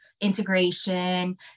integration